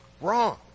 Wrong